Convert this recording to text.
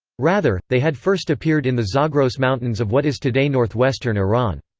rather, they had first appeared in the zagros mountains of what is today northwestern iran.